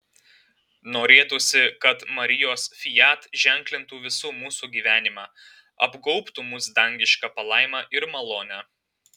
norėtųsi kad marijos fiat ženklintų visų mūsų gyvenimą apgaubtų mus dangiška palaima ir malone